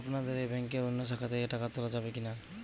আপনাদের এই ব্যাংকের অন্য শাখা থেকে টাকা তোলা যাবে কি না?